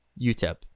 UTEP